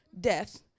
death